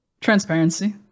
transparency